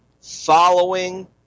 following